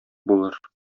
булыр